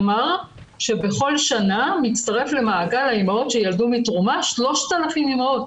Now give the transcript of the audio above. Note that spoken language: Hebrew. אמר שבכל שנה מצטרפות למעגל האימהות שילדו מתרומה 3,000 אימהות.